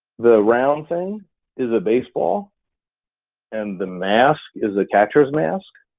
the round thing is a baseball and the mask is a catcher's mask,